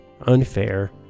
unfair